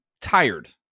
tired